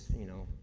you know,